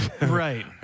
right